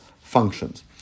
functions